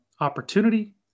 opportunity